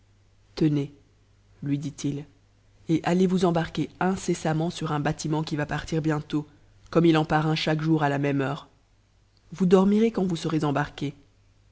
tenez lui dit-il et allez vous embarquer incessamment sur un bâtiment qui va partir bientôt comme il en part un chaque jour a la même heure vous dormirez quand vous serez embarqué